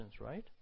right